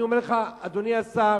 אני אומר לך, אדוני השר,